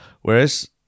Whereas